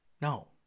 No